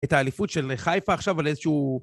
את האליפות של חיפה עכשיו על איזשהו...